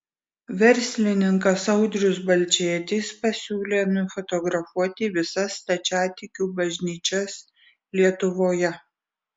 verslininkas audrius balčėtis pasiūlė nufotografuoti visas stačiatikių bažnyčias lietuvoje